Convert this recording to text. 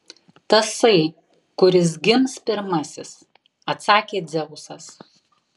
tasai kuris gims pirmasis atsakė dzeusas